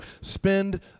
spend